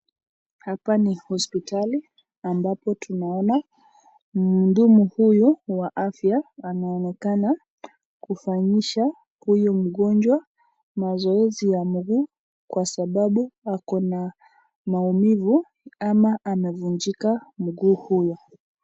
Hapa ni hospitali ambapo tunaona mhudumu huyu wa afya anaonekana kufanyisha huyu mgonjwa mazoezi ya mguu kwa sababu ako na maumivu ama amevunjika mguu huu.